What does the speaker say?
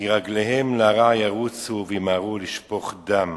כי רגליהם לרע ירוצו וימהרו לשפך דם.